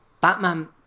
Batman